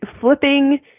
flipping